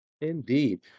Indeed